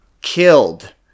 killed